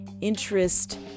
interest